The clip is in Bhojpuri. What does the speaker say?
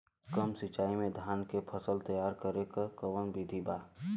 कम सिचाई में धान के फसल तैयार करे क कवन बिधि बा?